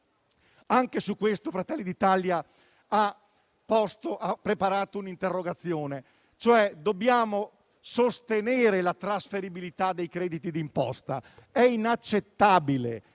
Anche su questo Fratelli d'Italia ha preparato un'interrogazione. Dobbiamo sostenere la trasferibilità dei crediti d'imposta: è inaccettabile,